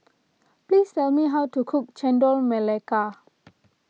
please tell me how to cook Chendol Melaka